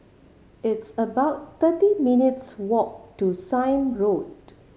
it's about thirty minutes' walk to Sime Road